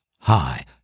Hi